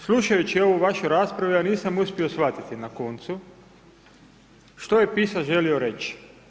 Slušajući ovu vašu raspravu, ja nisam uspio shvatiti na koncu, što je pisac želio reći?